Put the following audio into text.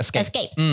escape